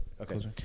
Okay